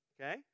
Okay